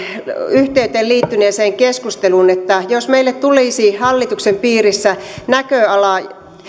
yhteyteen liittyneeseen keskusteluun että jos meille tulisi hallituksen piirissä näköala